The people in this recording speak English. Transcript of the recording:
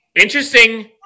interesting